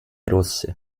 rosse